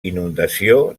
inundació